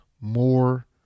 more